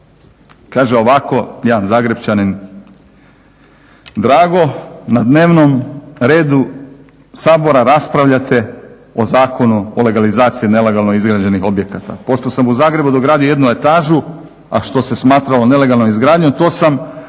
Kaže ovako jedan Zagrepčanin Drago, na dnevnom redu Sabora raspravljate o Zakonu o legalizaciji nelegalno izgrađenih objekata. Pošto sam u Zagrebu dogradio jednu etažu, a što se smatralo nelegalnom izgradnjom, to sam